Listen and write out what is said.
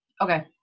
Okay